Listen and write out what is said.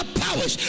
powers